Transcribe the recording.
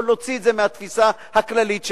או: נוציא את זה מהתפיסה הכללית שלנו.